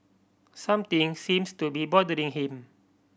something seems to be bothering him